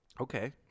Okay